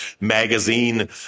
magazine